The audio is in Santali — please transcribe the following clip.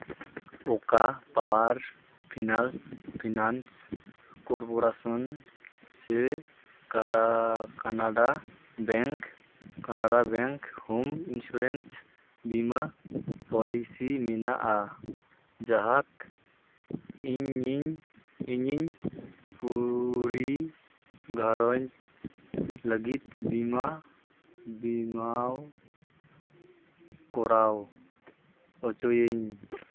ᱚᱠᱟ ᱯᱟᱣᱟᱨ ᱯᱷᱤᱱᱟᱞ ᱯᱷᱤᱱᱟᱱᱥ ᱠᱳᱨᱯᱚᱨᱮᱥᱚᱱ ᱥᱮ ᱠᱟᱰᱟ Canara bank Canara bank home insurance ᱵᱤᱢᱟᱹ ᱯᱚᱞᱤᱥᱤ ᱢᱮᱱᱟᱜᱼᱟ ᱡᱟᱦᱟᱸ ᱤᱧ ᱧᱤᱧ ᱤᱧᱤᱧ ᱯᱩᱨᱟᱹ ᱜᱷᱟᱨᱚᱸᱡᱽ ᱞᱟᱹᱜᱤᱫ ᱵᱤᱢᱟ ᱵᱤᱢᱟᱣ ᱠᱚᱨᱟᱣ ᱚᱪᱚᱭᱟᱹᱧ